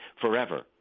forever